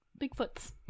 Bigfoots